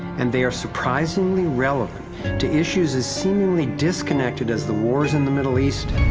and they are surprisingly relevant to issues as seemingly disconnected as the wars in the middle east,